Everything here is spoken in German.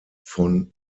von